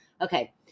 Okay